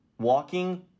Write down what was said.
Walking